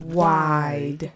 WIDE